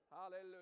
Hallelujah